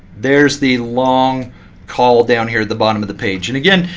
there's the long call down here at the bottom of the page. and again,